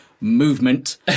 movement